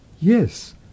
yes